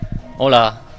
Hola